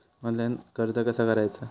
Online कर्ज कसा करायचा?